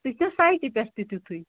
سُہِ چھُ سایٹہِ پٮ۪ٹھ تہِ تِتھُے